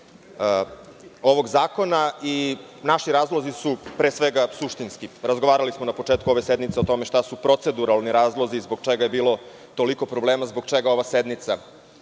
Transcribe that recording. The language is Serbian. ovog zakona i naši razlozi su, pre svega, suštinski. Razgovarali smo na početku ove sednice o tome šta su proceduralni razlozi, zbog čega je bilo toliko problema, zbog čega ova sednica